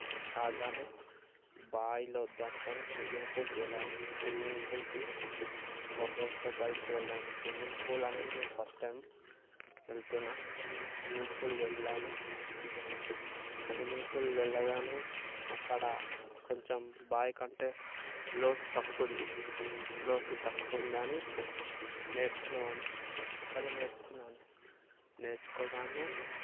కాగానే బావిలో వద్దనుకొని స్విమ్మింగ్ పూల్కి వెళ్ళాను స్విమ్మింగ్ పూల్కి మా ఫ్రెండ్స్తో కలిసి వెళ్ళాము స్విమ్మింగ్ పూల్ అనేది నేను ఫస్ట్ టైం వెళుతున్న స్విమ్మింగ్ పూల్ వెళ్ళాను స్విమ్మింగ్ పూల్ వెళ్ళగానే అక్కడ కొంచెం బావికంటే లోతు తక్కువ ఉంది లోతు తక్కువ ఉందని నేర్చుకుందామని అక్కడ నేర్చుకున్నాను నేర్చుకోగానే